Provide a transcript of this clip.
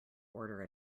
order